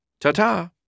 Ta-ta